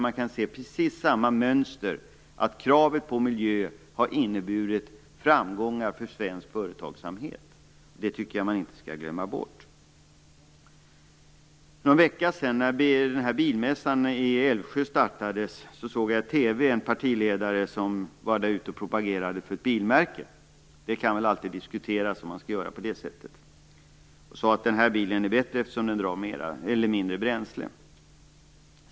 Man kan se precis samma mönster: Krav på miljön har inneburit framgångar för svensk företagsamhet. Det tycker jag att man inte skall glömma bort. För en vecka sedan när bilmässan i Älvsjö öppnades såg jag på TV en partiledare som var där och propagerade för ett bilmärke. Det kan alltid diskuteras om man skall göra på det sättet. Partiledaren sade att bilen var bättre eftersom den drar mindre bränsle.